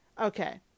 Okay